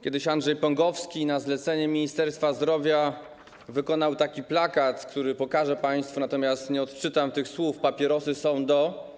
Kiedyś Andrzej Pągowski na zlecenie Ministerstwa Zdrowia wykonał taki plakat, który pokażę państwu, natomiast nie odczytam tych słów: „Papierosy są do.